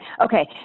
Okay